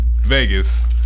Vegas